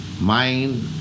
mind